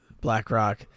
BlackRock